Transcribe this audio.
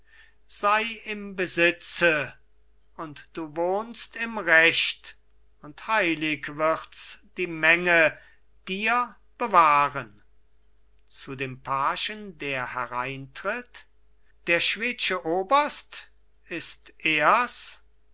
sei im besitze und du wohnst im recht und heilig wirds die menge dir bewahren zu dem pagen der hereintritt der schwedsche oberst ist ers